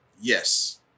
Yes